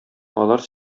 алар